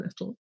little